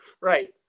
Right